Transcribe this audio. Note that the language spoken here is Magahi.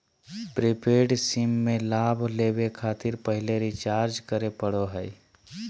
प्रीपेड सिम में लाभ लेबे खातिर पहले रिचार्ज करे पड़ो हइ